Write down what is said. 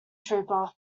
trooper